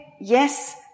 yes